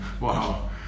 Wow